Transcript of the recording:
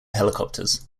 helicopters